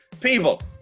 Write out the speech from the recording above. People